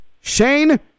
Shane